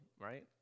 right